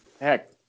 heck